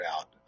out